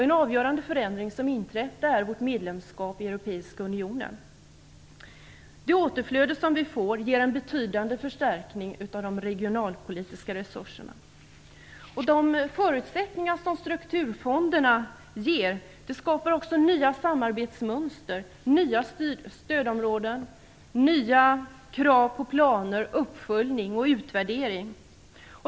En avgörande förändring som inträtt är vårt medlemskap i Europeiska unionen. Det återflöde vi får ger en betydande förstärkning av de regionalpolitiska resurserna. De förutsättningar som strukturfonderna ger skapar nya samarbetsmönster, nya stödområden, nya krav på planer, uppföljning och utvärdering.